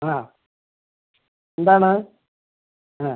ആ എന്താണ് ആ